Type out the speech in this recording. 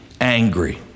angry